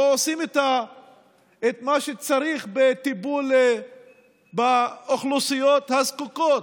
לא עושים את מה שצריך בטיפול באוכלוסיות הזקוקות,